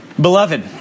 Beloved